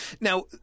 Now